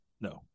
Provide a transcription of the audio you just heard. No